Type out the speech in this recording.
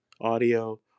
audio